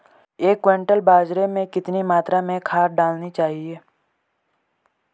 एक क्विंटल बाजरे में कितनी मात्रा में खाद डालनी चाहिए?